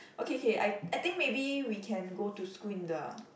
okay okay I I think maybe we can go to school in the